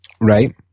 Right